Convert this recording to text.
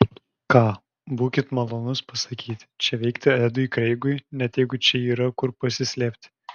ką būkit malonūs pasakyti čia veikti edui kreigui net jeigu čia yra kur pasislėpti